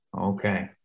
Okay